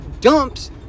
dumps